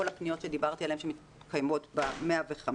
כל הפניות שדיברתי עליהן שמתקיימות ב-105